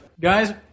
Guys